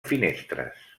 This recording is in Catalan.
finestres